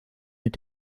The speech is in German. mit